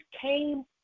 came